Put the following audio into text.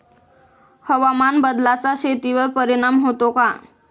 हवामान बदलाचा शेतीवर परिणाम होतो का?